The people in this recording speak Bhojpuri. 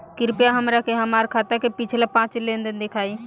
कृपया हमरा के हमार खाता के पिछला पांच लेनदेन देखाईं